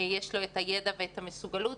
יש לו את הידע ואת המסוגלות,